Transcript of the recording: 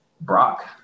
Brock